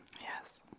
Yes